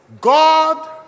God